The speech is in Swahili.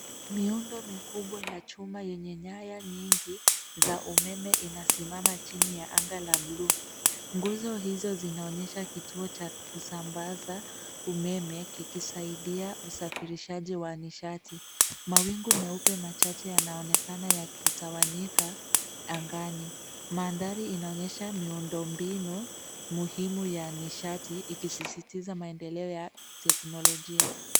Miundo mikubwa ya chuma yenye nyanya nyingi, za umeme inasimama chini ya anga la bluu. Nguzo hizo zinaonyesha kituo cha kusambaza umeme kikisaidia usafirishaji wa nishati. Mawingu meupe machache yanaonekana yakitawanyika, angani. Mandhari inaonyesha miundombinu, muhimu ya nishati ikisisitiza maendeleo ya teknolojia.